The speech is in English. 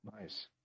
Nice